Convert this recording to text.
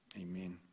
Amen